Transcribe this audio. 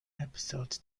episodes